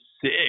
sick